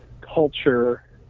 culture